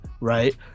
right